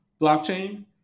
blockchain